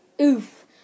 Oof